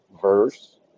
verse